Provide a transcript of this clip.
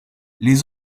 les